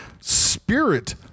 spirit